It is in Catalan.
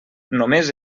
només